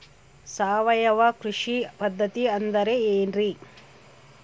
ಸಾವಯವ ಕೃಷಿ ಪದ್ಧತಿ ಅಂದ್ರೆ ಏನ್ರಿ?